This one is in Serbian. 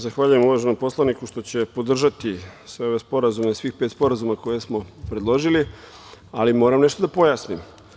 Zahvaljujem se uvaženom poslaniku što će podržati sve ove sporazume, svih pet sporazuma koje smo predložili, ali moram nešto da pojasnim.